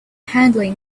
handling